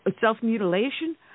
self-mutilation